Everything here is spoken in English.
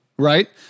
right